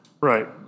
right